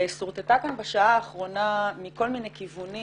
שורטטה כאן בשעה האחרונה מכל מיני כיוונים